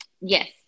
yes